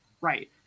right